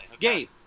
game